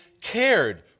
cared